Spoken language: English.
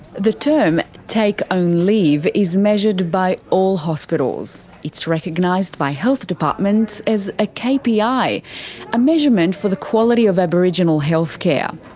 the term take own leave is measured by all hospitals. it's recognised by health departments as a kpi, a measurement for the quality of aboriginal healthcare.